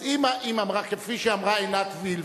אז כפי שאמרה עינת וילף,